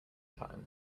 time